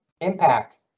impact